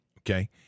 okay